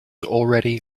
already